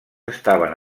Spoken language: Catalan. estaven